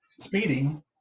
speeding